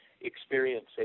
experience